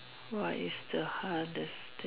what is the hardest thing